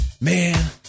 Man